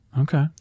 Okay